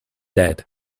dead